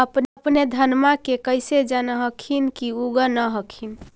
अपने धनमा के कैसे जान हखिन की उगा न हखिन?